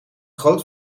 groot